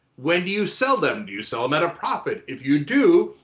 when do you sell them? do you sell them at a profit? if you do,